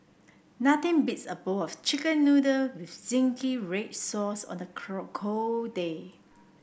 nothing beats a bowl of chicken noodle with zingy red sauce on a cold day